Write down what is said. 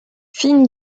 fine